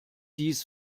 dies